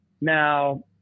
Now